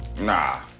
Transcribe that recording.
Nah